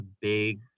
big